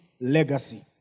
legacy